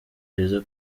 beza